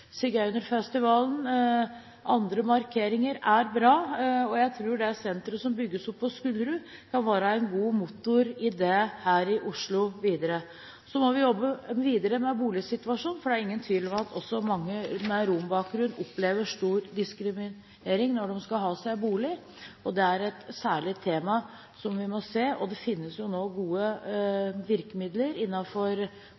andre markeringer er bra, og jeg tror det senteret som bygges opp på Skullerud, kan være en god motor i det her i Oslo videre. Så må vi jobbe videre med boligsituasjonen, for det er ingen tvil om at også mange med rombakgrunn opplever stor diskriminering når de skal få seg bolig. Det er særlig et tema som vi må se på, og det finnes nå gode